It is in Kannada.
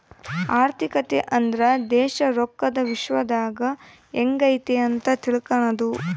ಆರ್ಥಿಕತೆ ಅಂದ್ರೆ ದೇಶ ರೊಕ್ಕದ ವಿಶ್ಯದಾಗ ಎಂಗೈತೆ ಅಂತ ತಿಳ್ಕನದು